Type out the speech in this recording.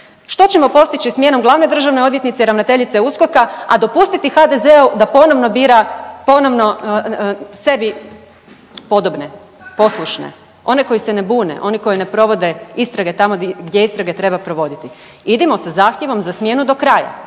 Što ćemo postići smjenom glavne državne odvjetnice i ravnateljice USKOK-a, a dopustiti HDZ-u da ponovno bira ponovno sebi podobne, poslušne one koji se ne bune, one koji ne provode istrage tamo gdje istrage treba provoditi. Idemo sa zahtjevom za smjenu do kraja